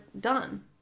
done